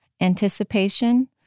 anticipation